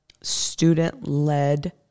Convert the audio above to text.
student-led